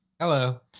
Hello